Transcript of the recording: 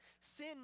sin